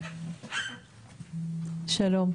שלום.